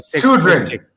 children